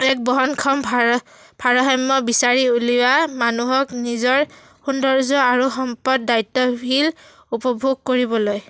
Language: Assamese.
এক বহনক্ষম ভাৰ ভাৰসাম্য বিচাৰি উলিৱা মানুহক নিজৰ সৌন্দৰ্য আৰু সম্পদ দ্বায়িত্বশীল উপভোগ কৰিবলৈ